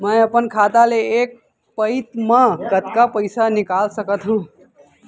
मैं अपन खाता ले एक पइत मा कतका पइसा निकाल सकत हव?